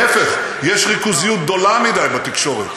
להפך, יש ריכוזיות גדולה מדי בתקשורת.